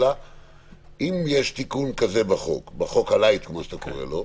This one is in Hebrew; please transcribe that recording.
אם יש תיקון כזה בחוק הלייט הזה,